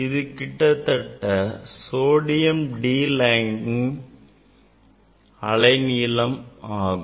இது கிட்டத்தட்ட sodium D lines ன் அலை நீளம் ஆகும்